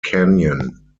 canyon